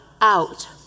out